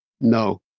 No